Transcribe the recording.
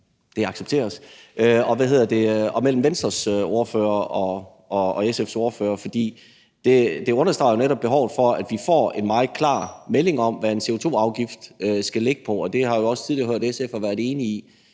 det accepteres! – og mellem Venstres ordfører og SF's ordfører, for det understregede jo netop behovet for, at vi får en meget klar melding om, hvad en CO2-afgift skal ligge på, og det har jeg jo også tidligere hørt at SF har været enig i.